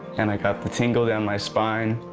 and i got the tingle down my spine.